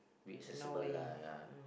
be accessible lah ya